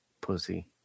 Pussy